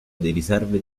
riserve